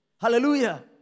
Hallelujah